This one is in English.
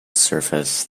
surface